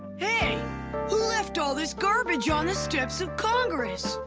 hey, who left all this garbage on the steps of congress?